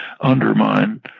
undermine